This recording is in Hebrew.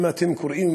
אם אתם קוראים